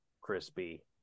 crispy